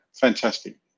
fantastic